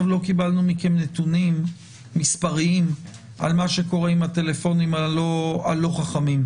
לא קיבלנו מכם נתונים מספריים על מה שקורה עם הטלפונים הלא חכמים.